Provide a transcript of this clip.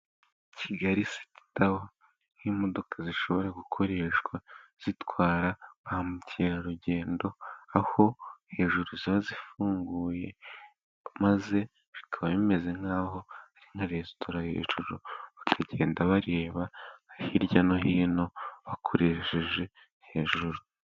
Kigali siti tawa nk'imodoka zishobora gukoreshwa zitwara ba mukerarugendo, aho hejuru ziba zifunguye maze bikaba bimeze nkaho ari nka resitora hejuru, bakagenda bareba hirya no hino bakoresheje hejuru.